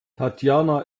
tatjana